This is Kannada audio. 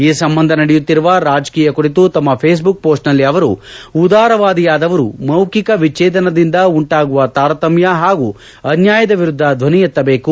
ಈ ಸಂಬಂಧ ನಡೆಯುತ್ತಿರುವ ರಾಜಕೀಯ ಕುರಿತು ತಮ್ಮ ಫೇಸ್ಬುಕ್ ಪೋಸ್ಚ್ನಲ್ಲಿ ಅವರು ಉದಾರವಾದಿಯಾದವರು ಮೌಖಿಕ ವಿಚ್ಚೇದನದಿಂದ ಉಂಟಾಗುವ ತಾರತಮ್ಯ ಹಾಗೂ ಅನ್ಯಾಯದ ವಿರುದ್ದ ಧ್ಯನಿ ಎತ್ತಬೇಕು